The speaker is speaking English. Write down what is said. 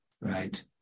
right